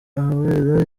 ahabera